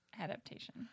adaptation